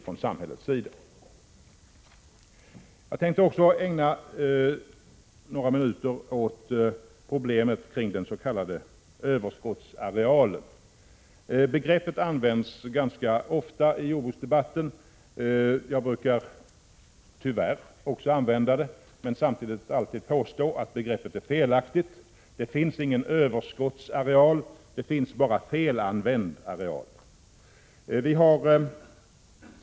Jag skulle också vilja ägna några minuter åt problemet kring den s.k. I överskottsarealen. Begreppet används ganska ofta i jordbruksdebatten. Också jag brukar — tyvärr — använda det, men samtidigt påpekar jag alltid att begreppet är felaktigt. Det finns nämligen ingen överskottsareal, bara felanvänd areal.